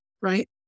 right